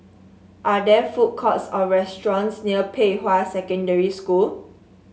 are there food courts or restaurants near Pei Hwa Secondary School